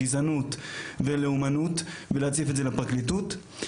גזענות ולאומנות ולהציף את זה לפרקליטות.